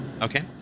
Okay